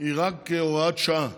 היא רק הוראת שעה,